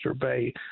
Bay